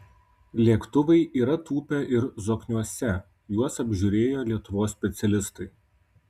lėktuvai yra tūpę ir zokniuose juos apžiūrėjo lietuvos specialistai